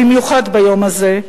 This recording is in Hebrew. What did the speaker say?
במיוחד ביום הזה,